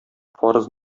фарыз